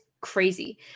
crazy